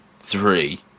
three